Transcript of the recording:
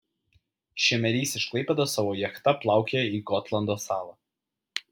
šemerys iš klaipėdos savo jachta plaukioja į gotlando salą